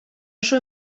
oso